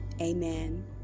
amen